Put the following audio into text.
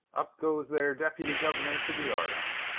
up goes their deputy-governor to the yardarm.